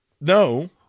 no